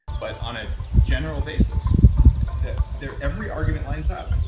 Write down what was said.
but on a general basis that there every argument lines up,